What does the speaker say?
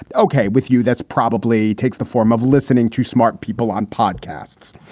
but ok, with you. that's probably takes the form of listening to smart people on podcasts.